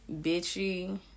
bitchy